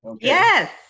Yes